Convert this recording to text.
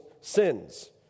sins